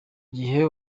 gihe